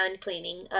cleaning